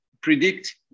predict